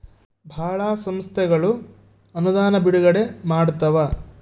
ಭಾಳ ಸಂಸ್ಥೆಗಳು ಅನುದಾನ ಬಿಡುಗಡೆ ಮಾಡ್ತವ